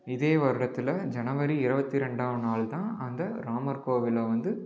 இதே வருடத்தில் ஜனவரி இருவத்தி ரெண்டாம் நாள்தான் அந்த ராமர் கோவிலை வந்து